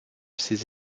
ses